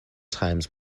times